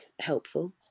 helpful